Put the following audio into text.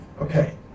Okay